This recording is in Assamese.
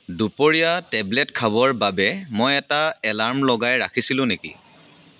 দুপৰীয়া টেবলেট খাবৰ বাবে মই এটা এলাৰ্ম লগাই ৰাখিছিলোঁ নেকি